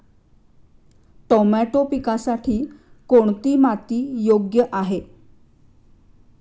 Tomato पिकासाठी कोणती माती योग्य आहे?